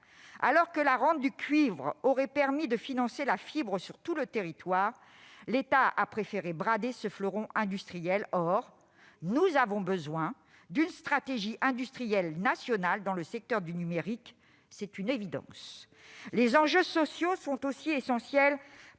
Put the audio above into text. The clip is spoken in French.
Alors que la rente du cuivre aurait permis de financer la fibre sur tout le territoire, l'État a préféré brader ce fleuron industriel. Or nous avons besoin d'une stratégie industrielle nationale dans le secteur du numérique, c'est une évidence. Les enjeux sociaux sont aussi importants